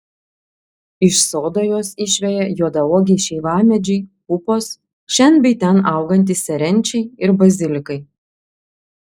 iš sodo juos išveja juodauogiai šeivamedžiai pupos šen bei ten augantys serenčiai ir bazilikai